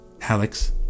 Alex